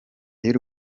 y’u